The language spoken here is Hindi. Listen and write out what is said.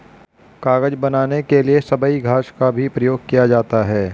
कागज बनाने के लिए सबई घास का भी प्रयोग किया जाता है